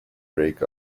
break